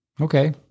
Okay